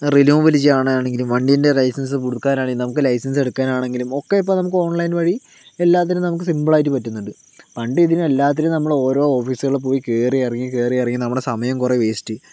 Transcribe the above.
renewal ചെയ്യാൻ ആണെങ്കിലും വണ്ടീൻ്റെ ലൈസെൻസ് പുതുക്കാൻ ആണെങ്കിലും നമുക്ക് ലൈസെൻസ് എടുക്കാൻ ആണെങ്കിലും ഒക്കെ ഇപ്പോൾ നമുക്ക് ഇപ്പോൾ ഓൺലൈൻ വഴി എല്ലാത്തിനും നമുക്ക് സിംപിളായിട്ട് പറ്റുന്നുണ്ട് പണ്ട് ഇതിന് എല്ലാത്തിനും നമ്മൾ ഓരോ ഓഫീസികളിലും പോയി കയറി ഇറങ്ങി കയറി ഇറങ്ങി നമ്മുടെ സമയം കുറെ വേസ്റ്റ്